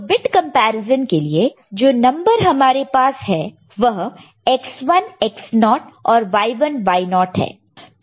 तो bit comparison के लिए जो नंबर हमारे पास है वह X1 X0 नॉट् naught और Y1 Y0 नॉट् naught है